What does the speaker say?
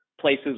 places